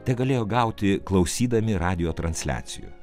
tegalėjo gauti klausydami radijo transliacijų